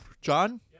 John